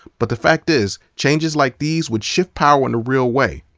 but the fact is changes like these would shift power in a real way,